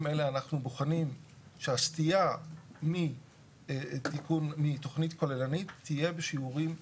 אלה אנחנו בוחנים שהסטייה מתכנית כוללנית תהיה בשיעורים קבועים.